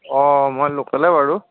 অঁ মই লোকেলেই বাৰু